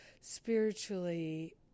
spiritually